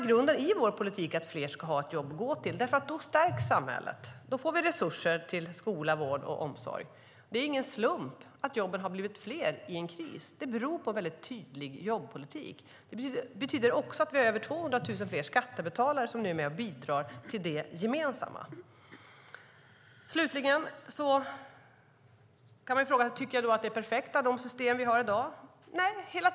Grunden i vår politik är att fler ska ha ett jobb att gå till. Då stärks samhället och vi får resurser till skola, vård och omsorg. Det är ingen slump att jobben har blivit fler under en kris. Det beror på en väldigt tydlig jobbpolitik. Det betyder också att vi nu har över 200 000 fler skattebetalare som är med och bidrar till det gemensamma. Slutligen kan man fråga: Tycker jag då att de system vi har i dag är perfekta?